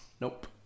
Nope